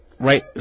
Right